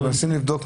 תודה.